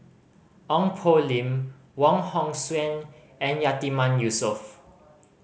Ong Poh Lim Wong Hong Suen and Yatiman Yusof